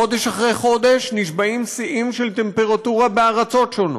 חודש אחרי חודש נשברים שיאים של טמפרטורה בארצות שונות,